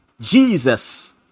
Jesus